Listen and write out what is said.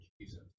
Jesus